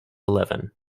eleven